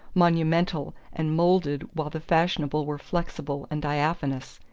monumental and moulded while the fashionable were flexible and diaphanous,